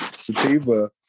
Sativa